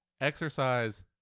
Exercise